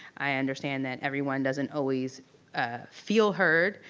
i understand that everyone doesn't always ah feel heard,